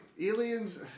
Aliens